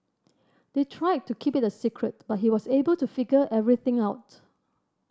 they tried to keep it a secret but he was able to figure everything out